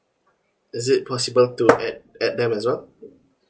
is it possible to add add them as well